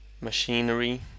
machinery